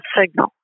signal